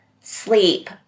sleep